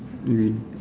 green